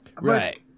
Right